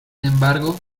embargo